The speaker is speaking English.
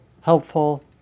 helpful